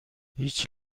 هیچ